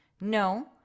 No